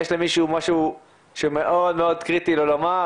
אם יש למישהו משהו שמאוד קריטי לו לומר.